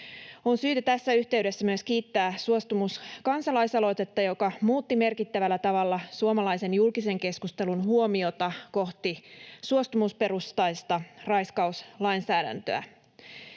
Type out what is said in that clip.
On syytä tässä yhteydessä myös kiittää Suostumus-kansalaisaloitetta, joka muutti merkittävällä tavalla suomalaisen julkisen keskustelun huomiota kohti suostumusperustaista raiskauslainsäädäntöä.